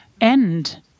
end